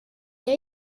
jag